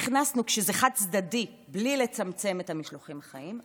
כשזה חד-צדדי, בלי לצמצם את המשלוחים החיים.